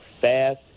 fast